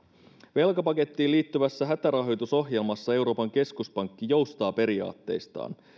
velkapakettiin liittyvässä hätärahoitusohjelmassa euroopan keskuspankki joustaa periaatteistaan